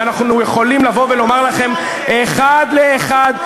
ואנחנו יכולים לבוא ולומר לכם אחד לאחד,